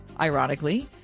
ironically